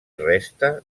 resta